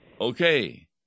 Okay